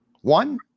One